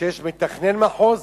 שיש מתכנן מחוז